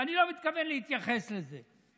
ואני לא מתכוון להתייחס לזה.